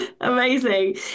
amazing